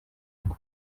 rw’u